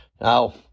Now